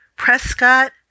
Prescott